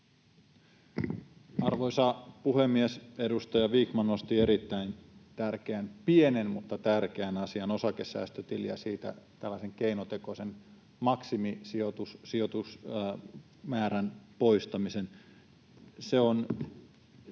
Arvoisa puhemies! Edustaja Vikman nosti erittäin tärkeän, pienen mutta tärkeän, asian, osakesäästötilin ja siitä tällaisen keinotekoisen maksimisijoitusmäärän poistamisen.